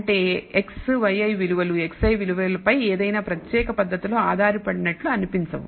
అంటే x yi విలువలు xi విలువలపై ఏదైనా ప్రత్యేకమైన పద్ధతిలో ఆధార పడినట్లు అనిపించవు